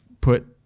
put